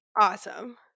Awesome